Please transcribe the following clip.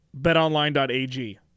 betonline.ag